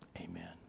Amen